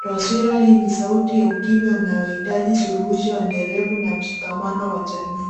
Taswira hii ni sauti ya ukimya unaohitaji suluhisho endelevu na mshikamano wa jamii.